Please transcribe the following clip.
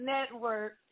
Network